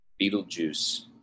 Beetlejuice